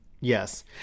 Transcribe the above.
Yes